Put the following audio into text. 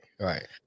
Right